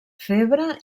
febre